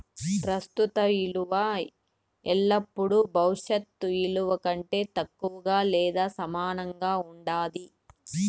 ప్రస్తుత ఇలువ ఎల్లపుడూ భవిష్యత్ ఇలువ కంటే తక్కువగా లేదా సమానంగా ఉండాది